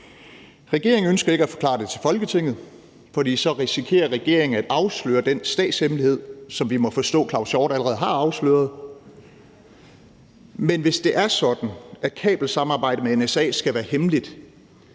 Regeringen ønsker ikke at forklare det til Folketinget, for så risikerer regeringen at afsløre den statshemmelighed, som vi må forstå hr. Claus Hjort Frederiksen allerede har afsløret; men hvis det er sådan, at kabelsamarbejdet med NSA skal være hemmeligt,